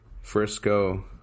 Frisco